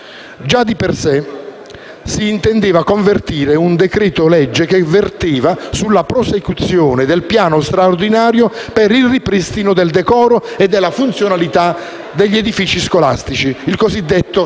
Già di per sé si intendeva convertire un decreto-legge che verteva sulla prosecuzione del piano straordinario per il ripristino del decoro e della funzionalità degli edifici scolastici (il cosiddetto